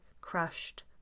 crushed